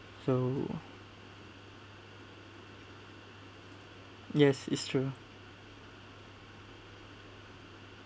so yes it's true